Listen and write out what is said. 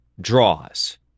draws